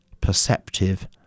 perceptive